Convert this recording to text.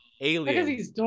alien